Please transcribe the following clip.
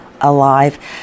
alive